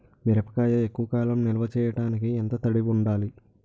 మిరపకాయ ఎక్కువ కాలం నిల్వ చేయటానికి ఎంత తడి ఉండాలి?